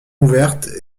ouverte